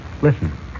Listen